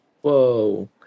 Whoa